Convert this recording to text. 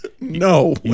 No